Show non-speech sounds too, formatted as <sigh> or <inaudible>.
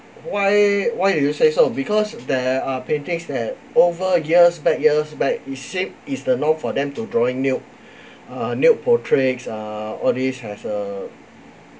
why why do you say so because there are paintings that over years back years back you said is the norm for them to drawing nude <breath> uh nude portraits uh all this has uh